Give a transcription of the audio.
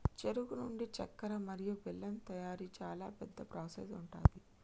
చెరుకు నుండి చెక్కర మరియు బెల్లం తయారీ చాలా పెద్ద ప్రాసెస్ ఉంటది